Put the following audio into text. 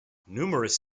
numerous